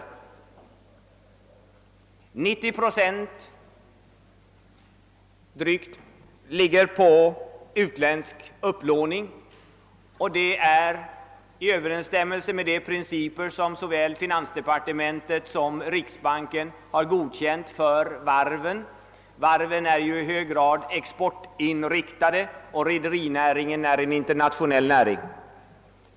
Drygt 90 procent ligger på utländsk upplåning, och detta är i överensstämmelse med de principer som såväl finansdepartementet som =riksbanken godkänt. Varven är i hög grad exportinriktade, och rederinäringen är en internationell näring.